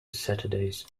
saturdays